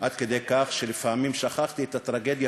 עד כדי כך שלפעמים שכחתי את הטרגדיה